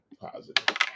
positive